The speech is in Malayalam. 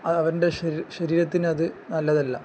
അത് അവന്റെ ശരീരം ശരീരത്തിന് അത് നല്ലതല്ല